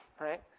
right